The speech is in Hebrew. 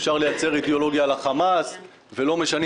אפשר לייצר אידאולוגיה על החמאס ולא משנים